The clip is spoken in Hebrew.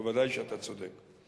ודאי שאתה צודק.